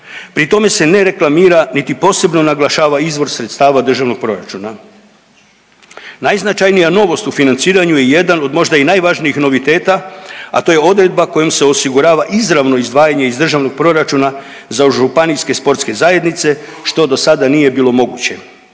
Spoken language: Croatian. Pri tome se ne reklamira niti posebno naglašava izvor sredstava državnog proračuna. Najznačajnija novost u financiranju je jedan od možda i najvažnijih noviteta, a to je odredba kojom se osigurava izravno izdvajanje iz državnog proračuna za županijske sportske zajednice što do sada nije bilo moguće